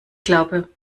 glaube